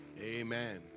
Amen